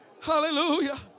hallelujah